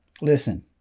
listen